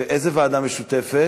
איזו ועדה משותפת?